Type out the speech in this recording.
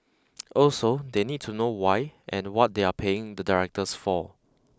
also they need to know why and what they are paying the directors for